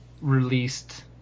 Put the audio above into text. released